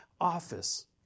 office